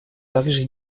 также